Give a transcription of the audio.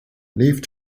leave